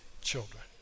children